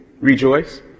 Rejoice